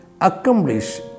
accomplish